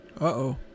uh-oh